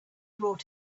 brought